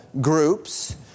groups